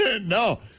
No